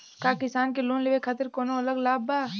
का किसान के लोन लेवे खातिर कौनो अलग लाभ बा?